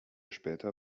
später